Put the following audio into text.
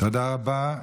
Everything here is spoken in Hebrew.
תודה רבה.